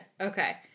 Okay